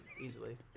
easily